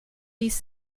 these